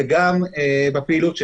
וגם בפעילות שלו.